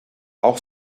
auch